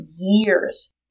years